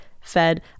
fed